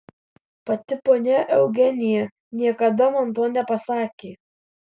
pati ponia eugenija niekada man to nepasakė